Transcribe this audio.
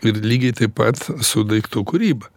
ir lygiai taip pat su daiktų kūryba